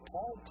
Paul